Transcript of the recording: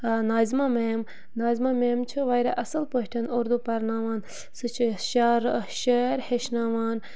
Nazima ma'am Nazima ma'am چھِ واریاہ اَصٕل پٲٹھۍ اُردو پَرناوان سُہ چھِ شعار شعیر ہیٚچھناوان